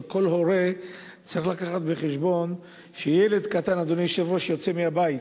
כל הורה צריך להביא בחשבון שילד קטן שיוצא מן הבית